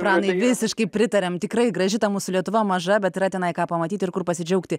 pranai visiškai pritariam tikrai graži ta mūsų lietuva maža bet yra tenai ką pamatyti ir kur pasidžiaugti